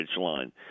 line